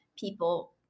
people